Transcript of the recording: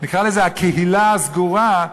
נקרא לזה "הקהילה הסגורה",